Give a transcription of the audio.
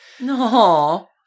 no